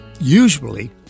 usually